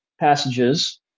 Passages